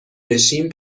بشیم